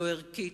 לא ערכית,